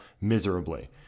miserably